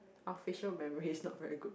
official memories not very good